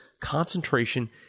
concentration